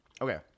okay